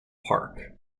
park